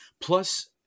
Plus